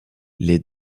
les